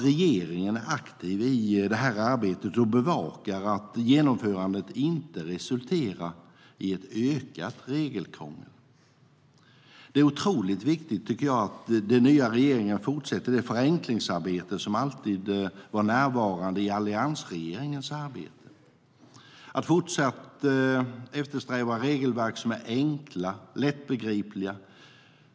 Regeringen ska vara aktiv i arbetet och bevaka så att genomförandet inte resulterar i ett ökat regelkrångel. Jag tycker att det är otroligt viktigt att regeringen fortsätter det förenklingsarbete som alltid var närvarande i alliansregeringens arbete. Det handlar om att fortsatt eftersträva regelverk som är enkla och lättbegripliga.